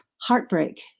heartbreak